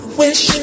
wish